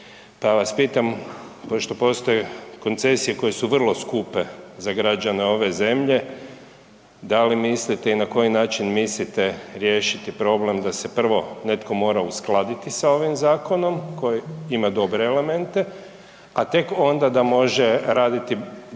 Pa vas pitam pošto postoje koncesije koje su vrlo skupe za građane ove zemlje, da li mislite i na koji način mislite riješiti problem da se prvo netko mora uskladiti sa ovim zakonom koji ima dobre elemente, a tek onda da može raditi